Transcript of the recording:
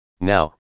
Now